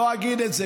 לא אגיד את זה,